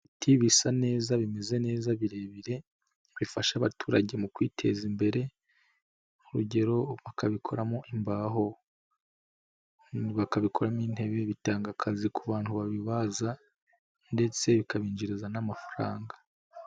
Ibiti bisa neza bimeze neza birebire bifasha abaturage mu kwiteza imbere, urugero bakabikoramo imbaho, bakabikoramo intebe. Bitanga akazi ku bantu babibaza ndetse bikabinjiriza n'amafaranga.